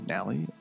Nally